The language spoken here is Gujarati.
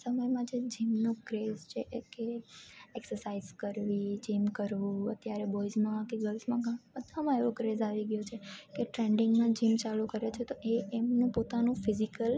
સમયમાં જેમ જીમનો ક્રેઝ છે એકે એ એક્સસઈજ કરવી જીમ કરવું અત્યારે બોઈઝમાં કે ગર્લ્સમાં બધામાં એવો ક્રેઝ આવી ગયો છે કે ટ્રેન્ડિંગમાં જીમ ચાલુ કરે છે તો એ એમનું પોતાનું ફિઝિકલ